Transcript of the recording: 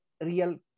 real